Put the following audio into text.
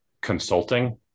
consulting